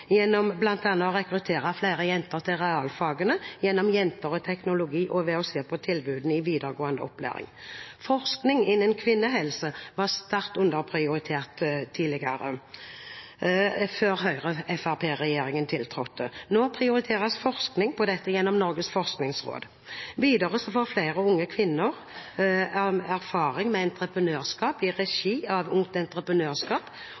gjennom bl.a. å rekruttere flere jenter til realfagene gjennom «Jenter og teknologi» og ved å se på tilbudene i videregående opplæring. Forskning innen kvinnehelse var sterkt underprioritert tidligere, før Høyre–Fremskrittsparti-regjeringen tiltrådte. Nå prioriteres forskning på dette gjennom Norges forskningsråd. Videre får flere unge kvinner erfaring med entreprenørskap i